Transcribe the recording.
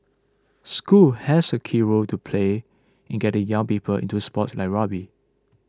schools have a key role to play in getting young people into sports like rugby